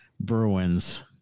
Bruins